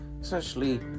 essentially